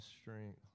strength